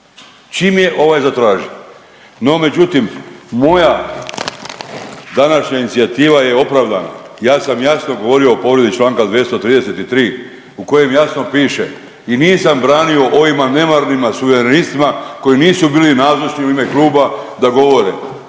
Čim je ovaj zatraži. No, međutim moja današnja inicijativa je opravdana. Ja sam jasno govorio o povredi Članka 233. u kojem jasno piše i nisam branio ovima nemarnima suverenistima koji nisu bili nazočni u ime kluba da govore,